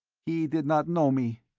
he did not know me.